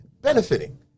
benefiting